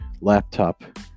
laptop